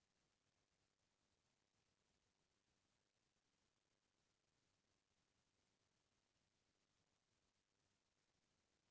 मनसे के काम के चिन्हारी होय नइ राहय अइसन म कोनो दुकानदार मन फट ले उधारी देय बर नइ धरय